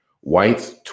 White's